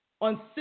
on